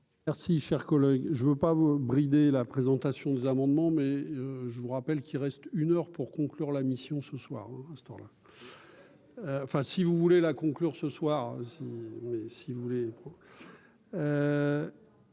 Merci, cher collègue, je ne veux pas brider la présentation des amendements mais je vous rappelle qu'il reste une heure pour conclure la mission ce soir, à cette heure-là. Enfin, si vous voulez la conclure ce soir. Mais si vous voulez.